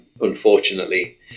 unfortunately